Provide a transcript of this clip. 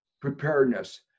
preparedness